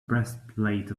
breastplate